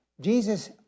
Jesus